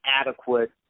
adequate